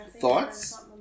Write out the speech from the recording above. Thoughts